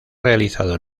realizado